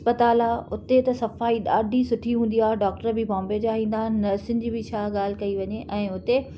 अस्पताल आहे उते त सफ़ाई ॾाढी सुठी हूंदी आहे डॉक्टर बि बाम्बे जा ईंदा आहिनि नर्सियुनि जी बि छा ॻाल्हि कई वञे ऐं उते